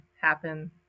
happen